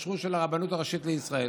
הכשרות של הרבנות הראשית לישראל.